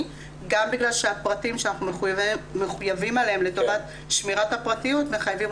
גם בגלל שהפרטים שאנחנו מחויבים להם לטובת שמירת הפרטיות מחייבים